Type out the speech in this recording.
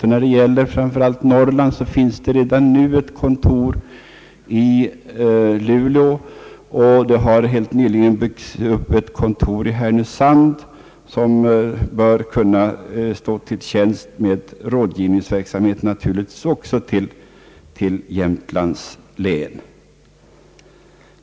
Framför allt när det gäller Norrland finns det redan nu ett kontor i Luleå, och helt nyligen har det byggts upp ett kontor i Härnösand, som naturligtvis också bör kunna stå till tjänst med rådgivningsverksamhet till Jämtlands län.